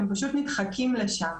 הם פשוט נדחקים לשם.